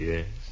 Yes